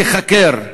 ייחקר,